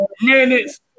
minutes